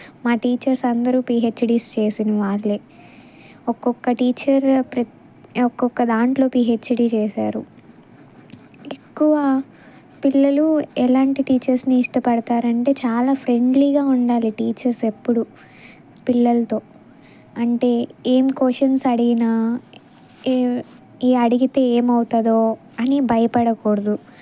మా టీచర్స్ అందరూ పిహెచ్డీస్ చేసినవాళ్ళే ఒక్కొక్క టీచర్ ఒక్కొక్క దాంట్లో పిహెచ్డి చేశారు ఎక్కువ పిల్లలు ఎలాంటి టీచర్స్ని ఇష్టపడతారంటే చాలా ఫ్రెండ్లీగా ఉండాలి టీచర్స్ ఎప్పుడూ పిల్లలతో అంటే ఏమి కొషన్స్ అడిగినా ఏ ఈ అడిగితే ఏమవుతుందో అని భయపడకూడదు